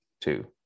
two